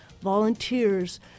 volunteers